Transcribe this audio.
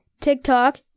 TikTok